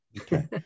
Okay